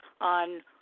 on